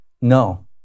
No